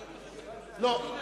לא.